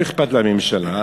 לא אכפת לממשלה,